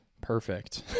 perfect